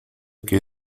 que